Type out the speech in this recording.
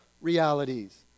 realities